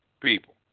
people